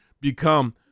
become